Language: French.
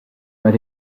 mal